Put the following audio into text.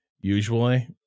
usually